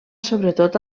sobretot